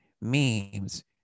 memes